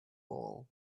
ball